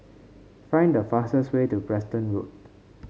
find the fastest way to Preston Road